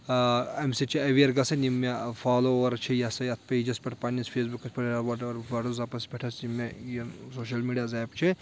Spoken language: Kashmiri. اَمہِ سۭتۍ چھِ ایویر گژھان یِم مےٚ فالووٲرٕس چھِ یہِ ہَسا یَتھ پیجَس پؠٹھ پنٕنِس فیسبُکَس پؠٹھ وَٹٕس ایپَس پؠٹھ یِم مےٚ یِم سوشَل میٖڈیاز ایپ چھِ